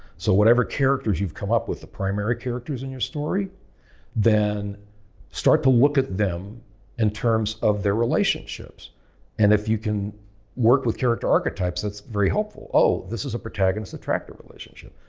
so whatever character you've come up with, the primary characters in your story then start to look at them in terms of their relationships and if you can work with character archetypes, that's very helpful. oh? this is a protagonist-attractor relationship,